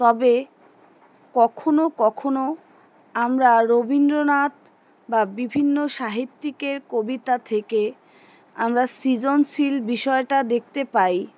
তবে কখনও কখনও আমরা রবীন্দ্রনাথ বা বিভিন্ন সাহিত্যিকের কবিতা থেকে আমরা সৃজনশীল বিষয়টা দেখতে পাই